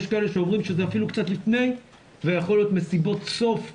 יש כאלה שאומרים שזה אפילו קצת לפני ויכול להיות מסיבות סוף הקיץ,